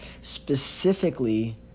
specifically